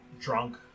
drunk